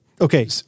okay